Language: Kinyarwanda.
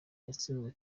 yatsinzwe